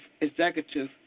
executive